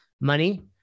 money